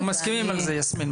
אנחנו מסכימים על זה יסמין.